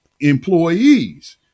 employees